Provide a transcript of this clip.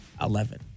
Eleven